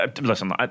Listen